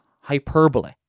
hyperbole